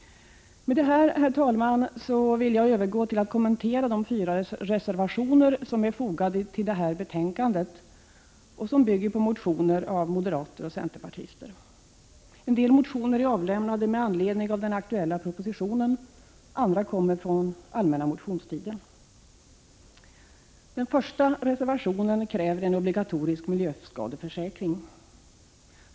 Med det här vill jag övergå till att kommentera de fyra reservationer som är fogade till detta betänkande och som bygger på 178 Den första reservationen kräver en obligatorisk miljöskadeförsäkring.